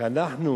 שאנחנו